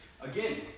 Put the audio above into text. again